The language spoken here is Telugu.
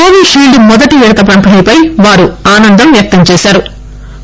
కోవీపీల్డ్ మొదటి విడత పంపిణీపై వారు ఆనందం వ్యక్తంచేశారు